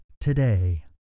today